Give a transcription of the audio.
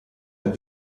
ein